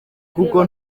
kuko